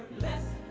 best